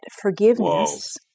forgiveness –